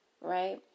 right